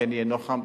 כן יהיה נוח"ם,